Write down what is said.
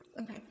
Okay